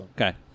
okay